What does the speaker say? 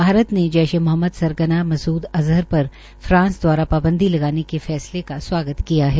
भारत ने जैशे ए मोहम्मद सरगना मसूद अज़हर पर फ्रांस द्वारा पाबंदी लगाने के फैसले का स्वागत किया है